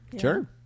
Sure